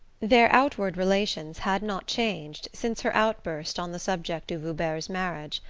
their outward relations had not changed since her outburst on the subject of hubert's marriage.